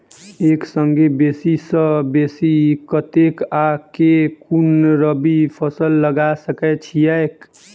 एक संगे बेसी सऽ बेसी कतेक आ केँ कुन रबी फसल लगा सकै छियैक?